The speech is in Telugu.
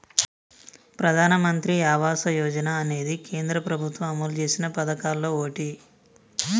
ప్రధానమంత్రి ఆవాస యోజన అనేది కేంద్ర ప్రభుత్వం అమలు చేసిన పదకాల్లో ఓటి